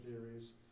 theories